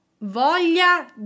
voglia